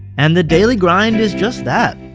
and the daily grind is just that,